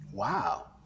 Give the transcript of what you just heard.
Wow